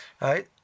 right